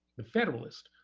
the federalists,